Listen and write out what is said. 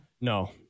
No